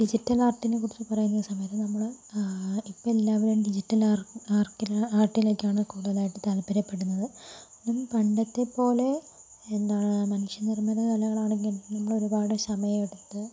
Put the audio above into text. digital ആർട്ടിനെ കുറിച്ച് പറയുന്ന സമയത്ത് നമ്മൾ ഇപ്പം എല്ലാവരും ഡിജിറ്റൽ ആർ ആർക്ക് ആർട്ടിലേക്കാണ് കൂടുതലായിട്ട് താത്പര്യപ്പെടുന്നത് ഒന്ന് പണ്ടത്തെ പോലെ എന്താണ് മനുഷ്യനിർമ്മിത കലകളാണെങ്കിൽ നമ്മൾ ഒരുപാട് സമയം എടുത്ത്